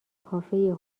کافه